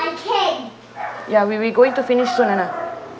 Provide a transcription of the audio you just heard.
ya we we going to finish soon nana